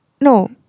No